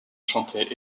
chanter